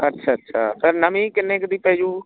ਅੱਛਾ ਅੱਛਾ ਫਿਰ ਨਵੀਂ ਕਿੰਨੇ ਕੁ ਦੀ ਪੈ ਜੂ